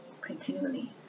continually